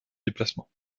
déplacement